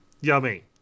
Yummy